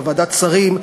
בוועדת השרים,